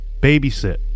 babysit